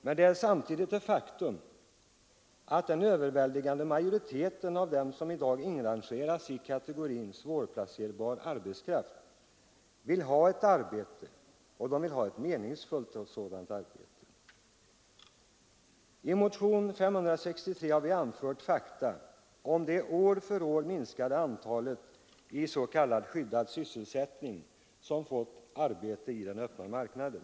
Men det är samtidigt ett faktum att den överväldigande majoriteten av dem som i dag inrangeras i kategorin svårplacerbar arbetskraft vill ha ett arbete, ett meningsfullt arbete. I motionen 563 har vi anfört fakta om det år för år minskade antalet människor i s.k. skyddad sysselsättning som fått arbete i den öppna marknaden.